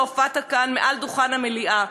כשהופעת כאן מעל דוכן המליאה.